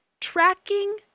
Tracking